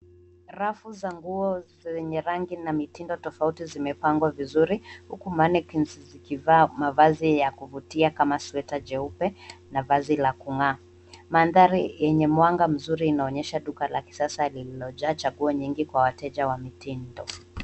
Rafu za nguo zenye rangi na mitindo tafauti zimepangwa vizuri huku mannequins zikivaa mavazi ya kuvutia kama sweta cheupe na vazi la kungaa. Maandari enye mwanga mzuri inaonyesha duka la kisasa lililo jaa chaguo nyingi kwa wateja wa mitindo.